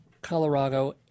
Colorado